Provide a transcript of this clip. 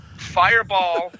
Fireball